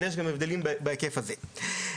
ויש גם הבדלים בהיקף הזה.